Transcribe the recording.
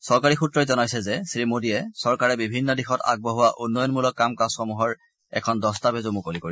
চৰকাৰী সূত্ৰই জনাইছে যে শ্ৰী মোডীয়ে চৰকাৰে বিভিন্ন দিশত আগবঢ়োৱা উন্নয়নমূলক কাম কাজসমূহৰ এখন দস্তাবেজ মুকলি কৰিব